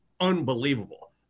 unbelievable